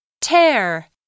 Tear